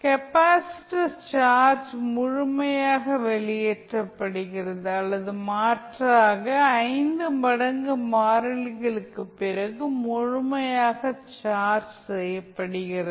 capacitor charge முழுமையாக வெளியேற்றப்படுகிறது அல்லது மாற்றாக 5 மடங்கு மாறிகளுக்குப் பிறகு முழுமையாக சார்ஜ் செய்யப்படுகிறது